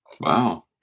Wow